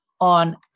on